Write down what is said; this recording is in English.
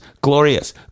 glorious